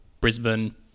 Brisbane